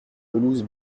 pelouse